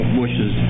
bushes